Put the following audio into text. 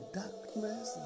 darkness